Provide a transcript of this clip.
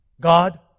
God